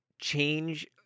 change